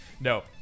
No